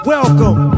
Welcome